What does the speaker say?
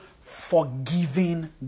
forgiving